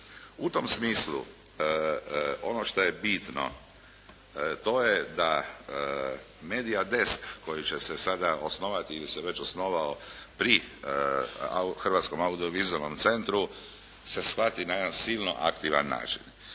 U tom smislu ono što je bitno to je da "MEDIA Desk" koji će se sada osnovati ili se već osnovao pri Hrvatskom audio-vizualnom centru se shvati na jedan silno aktivan način.